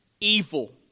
evil